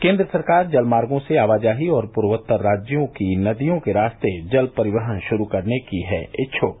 केन्द्र सरकार जलमार्गो से आवाजाही और पूर्वोत्तर राज्यों की नदियों के रास्ते जल परिवहन शुरू करने की है इच्छुक